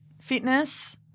fitness